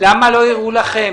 -- למה לא הראו לכם?